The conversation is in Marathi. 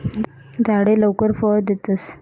झाडे लवकर फळ देतस